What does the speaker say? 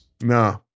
No